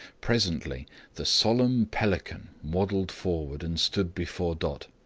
presently the solemn pelican waddled forward and stood before dot,